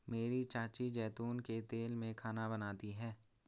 मेरी चाची जैतून के तेल में खाना बनाती है